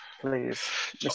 please